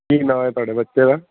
ਕੀ ਨਾਂ ਹੈ ਤੁਹਾਡੇ ਬੱਚੇ ਦਾ